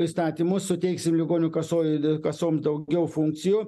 įstatymus suteiksim ligonių kasoj kasom daugiau funkcijų